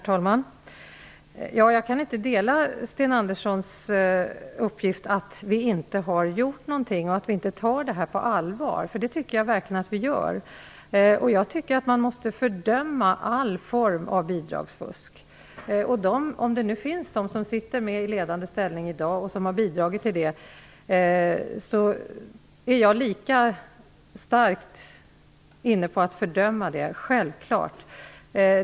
Herr talman! Jag delar inte Sten Anderssons uppfattning att vi inte har gjort någonting och att vi inte tar det här på allvar. Det tycker jag verkligen att vi gör. Man måste fördöma all form av bidragsfusk. Om det nu finns personer som i dag sitter i ledande ställning som har deltagit i sådant fusk, fördömer jag självfallet även deras handlande lika starkt.